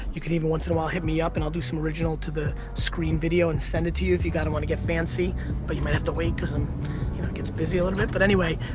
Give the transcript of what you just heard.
you can even once in a while hit me up and i'll do some original to the screen video and send it to you if you kind of want to get fancy but you might have to wait cause i'm, you know, it gets busy a little bit but anyway,